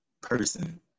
person